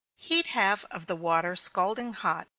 heat half of the water scalding hot,